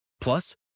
Plus